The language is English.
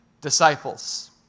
disciples